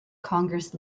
congress